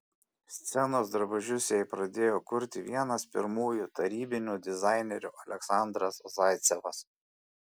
scenos drabužius jai pradėjo kurti vienas pirmųjų tarybinių dizainerių aleksandras zaicevas